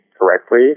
correctly